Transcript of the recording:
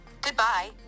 Goodbye